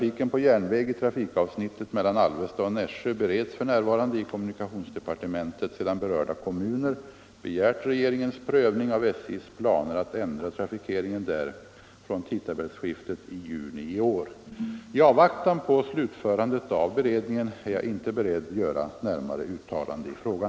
I avvaktan'på slutförandet av beredningen är jag inte beredd göra närmare uttalande i frågan.